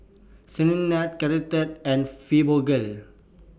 Ceradan Caltrate and Fibogel